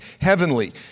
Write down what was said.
heavenly